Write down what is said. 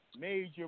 major